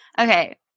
okay